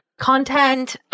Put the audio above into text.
content